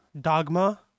Dogma